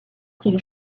qu’il